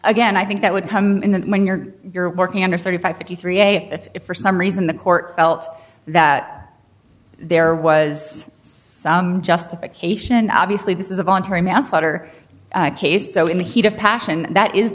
again i think that would come in and when you're working under thirty five fifty three a if for some reason the court felt that there was some justification obviously this is a voluntary manslaughter case so in the heat of passion that is